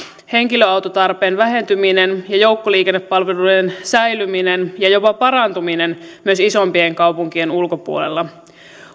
henkilöautotarpeen vähentyminen ja joukkoliikennepalveluiden säilyminen ja jopa parantuminen myös isompien kaupunkien ulkopuolella